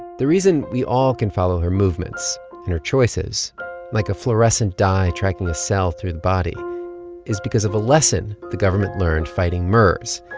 the reason we all can follow her movements and her choices like a fluorescent dye tracking a cell through the body is because of a lesson the government learned fighting mers.